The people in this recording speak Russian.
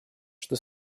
что